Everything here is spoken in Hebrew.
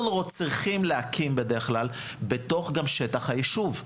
אנחנו צריכים להקים בדרך כלל בתוך גם שטח היישוב.